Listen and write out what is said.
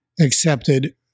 accepted